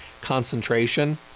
concentration